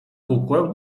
kukłę